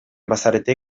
bazarete